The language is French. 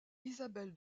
isabelle